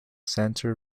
center